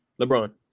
LeBron